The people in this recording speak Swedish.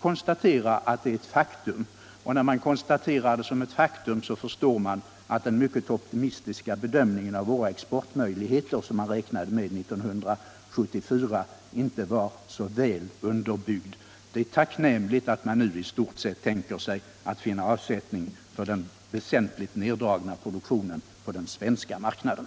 konstatera att det är ett faktum, och när man konstaterar det som ett faktum förstår man att den mycket optimistiska bedömning av våra exportmöjligheter som gjordes 1974 inte var så väl underbyggd. Det är tacknämligt att man nu i stort sett tänker sig att finna avsättning för den väsentligt neddragna produktionen på den svenska marknaden.